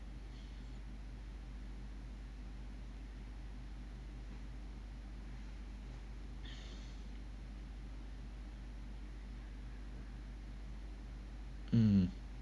um